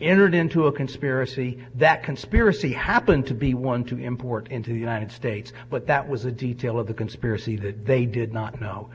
entered into a conspiracy that conspiracy happened to be one to import into the united states but that was a detail of the conspiracy that they did not know